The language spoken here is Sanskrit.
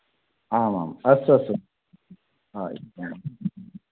आम् आम् अस्तु अस्तु